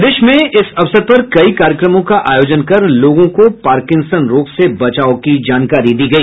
प्रदेश में भी इस अवसर पर कई कार्यक्रमों का आयोजन कर लोगों को पार्किंसन से बचाव की जानकारी दी गई